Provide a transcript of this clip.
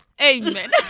Amen